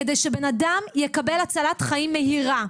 כדי שבן אדם יקבל הצלת חיים מהירה.